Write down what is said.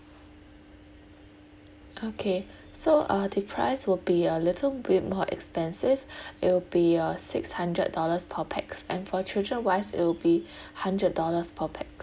okay so uh the price will be a little bit more expensive it will be a six hundred dollars per pax and for children wise it will be hundred dollars per pax